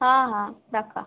ହଁ ହଁ ରଖ